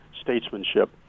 statesmanship